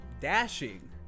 dashing